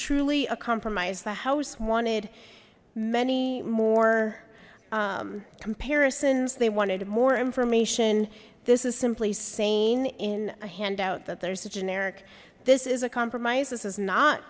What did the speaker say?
truly a compromise the house wanted many more comparisons they wanted more information this is simply saying in a handout that there's a generic this is a compromise this is not